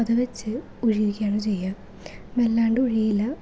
അത് വെച്ച് ഉഴിയുകയാണ് ചെയ്യുക നല്ലാണ്ട് ഉഴിയില്ല